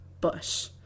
Bush